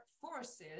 forces